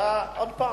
אתה עוד פעם,